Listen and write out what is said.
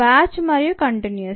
batch మరియు continuous